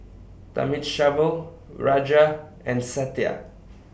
Thamizhavel Raja and Satya